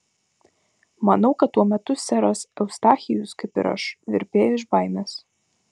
manau kad tuo metu seras eustachijus kaip ir aš virpėjo iš baimės